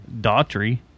Daughtry